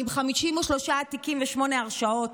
עם 53 תיקים ושמונה הרשעות,